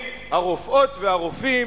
הרופאות והרופאים,